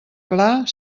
clar